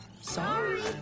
Sorry